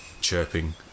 chirping